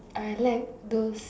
I like those